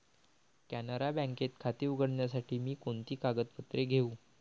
कॅनरा बँकेत खाते उघडण्यासाठी मी कोणती कागदपत्रे घेऊ?